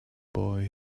boy